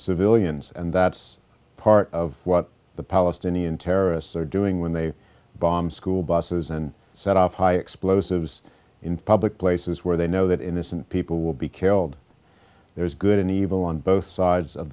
civilians and that's part of what the palestinian terrorists are doing when they bomb school buses and set off high explosives in public places where they know that innocent people will be killed there is good and evil on both sides of